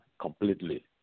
completely